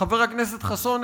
חבר הכנסת חסון,